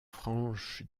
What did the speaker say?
franche